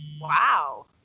Wow